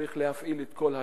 צריך להפעיל את כל הכלים: